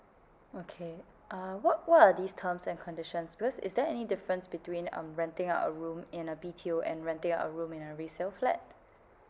okay uh what what are these terms and conditions because is there any difference between um renting out a room in a B_T_O and renting out a room in a resale flat